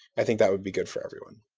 i think that would be good for everyone.